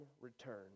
Return